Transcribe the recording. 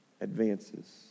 advances